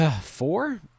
four